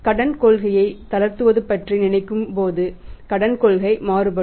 கடன் கொள்கையை தளர்த்துவது பற்றி நினைக்கும் போது கடன் கொள்கை மாற்றப்படும்